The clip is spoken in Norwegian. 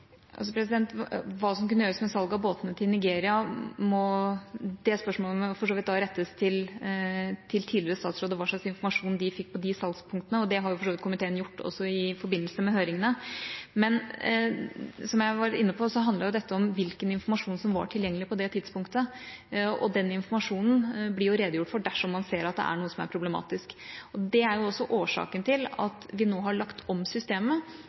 hva som kunne gjøres med salget av båtene til Nigeria, må rettes til tidligere statsråder – hva slags informasjon de fikk til de salgspunktene. Det har for så vidt også komiteen gjort i forbindelse med høringene. Men som jeg var inne på, handlet dette om hvilken informasjon som var tilgjengelig på det tidspunktet, og den informasjonen blir redegjort for dersom man ser at det er noe som er problematisk. Det er også årsaken til at vi nå har lagt om systemet.